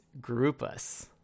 groupus